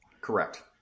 Correct